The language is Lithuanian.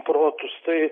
protus tai